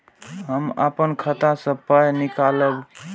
हम आपन खाता स पाय निकालब की करे परतै?